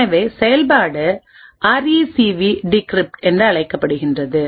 எனவே செயல்பாடு ஆர்ஈசிவிடிகிரிப்ட் என்று அழைக்கப்படுகிறது